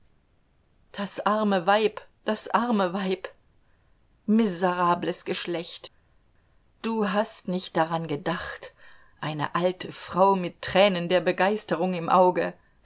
das arme weib das arme weib miserables geschlecht du hast nicht daran gedacht eine alte frau mit tränen der begeisterung im auge